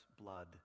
blood